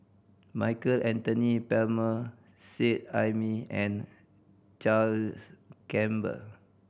Michael Anthony Palmer Seet Ai Mee and Charles Gamba